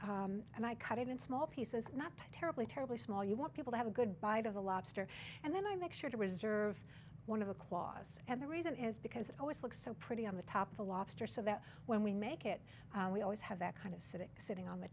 and and i cut it in small pieces not terribly terribly small you want people to have a good bite of the lobster and then i make sure to reserve one of the quasi and the reason is because it always looks so pretty on the top of the lobster so that when we make it we always have that kind of sitting sitting on the